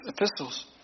epistles